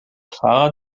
fahrer